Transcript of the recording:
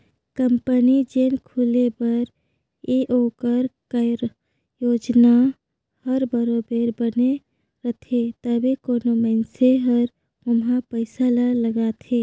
company जेन खुले बर हे ओकर कारयोजना हर बरोबेर बने रहथे तबे कोनो मइनसे हर ओम्हां पइसा ल लगाथे